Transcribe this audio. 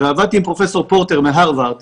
ועבדתי עם פרופ' פורטר מהרווארד